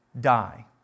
die